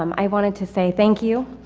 um i wanted to say thank you.